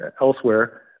elsewhere